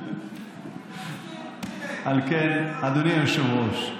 על כן, אדוני היושב-ראש,